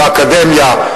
באקדמיה.